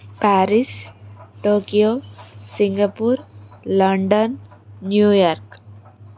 Paris Tokyo Singapore London New York